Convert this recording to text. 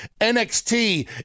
NXT